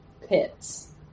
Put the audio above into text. pits